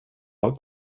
tag